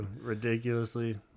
ridiculously